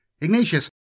Ignatius